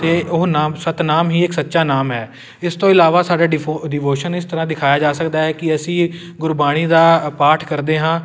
ਅਤੇ ਉਹ ਨਾਮ ਸਤਿਨਾਮ ਹੀ ਇਕ ਸੱਚਾ ਨਾਮ ਹੈ ਇਸ ਤੋਂ ਇਲਾਵਾ ਸਾਡਾ ਡੀਫੋ ਡੀਵੋਸ਼ਨ ਇਸ ਤਰ੍ਹਾਂ ਦਿਖਾਇਆ ਜਾ ਸਕਦਾ ਹੈ ਕੀ ਅਸੀਂ ਇ ਗੁਰਬਾਣੀ ਦਾ ਪਾਠ ਕਰਦੇ ਹਾਂ